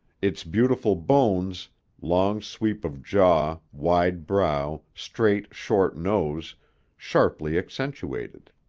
its beautiful bones long sweep of jaw, wide brow, straight, short nose sharply accentuated.